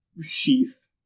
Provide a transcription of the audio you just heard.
sheath